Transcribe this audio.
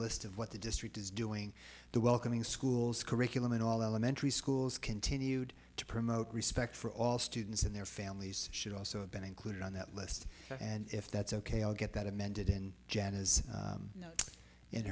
list of what the district is doing the welcoming schools curriculum and all elementary schools continued to promote respect for all students and their families should also have been included on that list and if that's ok i'll get that amended in jan as